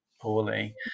poorly